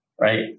right